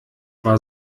war